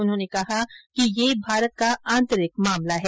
उन्होंने कहा कि यह भारत का आंतरिक मामला है